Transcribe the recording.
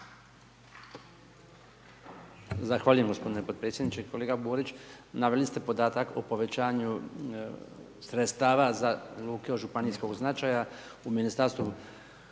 Zahvaljujem gospodine potpredsjedniče. Kolega Borić, naveli ste podatak o povećanju sredstava za Luke od županijskog značaja u Ministarstvu